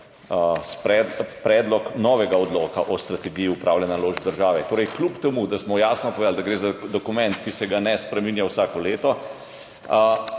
predlog novega odloka o strategiji upravljanja naložb države. Kljub temu da smo torej jasno povedali, da gre za dokument, ki se ga ne spreminja vsako leto,